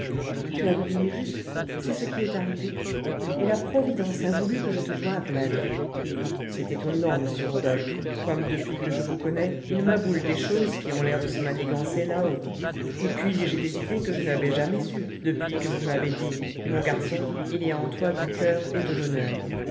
tu as deviné juste c'est ce qui est arrivé et la providence a voulu que je te doive la vie c'est étonnant monsieur rodolphe comme depuis que je vous connais il m'aboule des choses qui ont l'air de se manigancer là-haut et puis j'ai des idées que je n'avais jamais eues depuis que vous m'avez dit mon garçon il y a en toi du coeur et de l'honneur